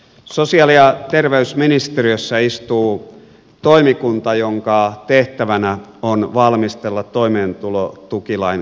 sosiaali ja terveysministeriössä istuu toimikunta jonka tehtävänä on valmistella toimeentulotukilain kokonaisuudistusta